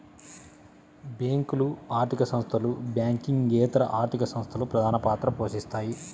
బ్యేంకులు, ఆర్థిక సంస్థలు, బ్యాంకింగేతర ఆర్థిక సంస్థలు ప్రధానపాత్ర పోషిత్తాయి